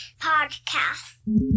Podcast